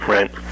Right